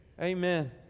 Amen